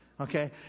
Okay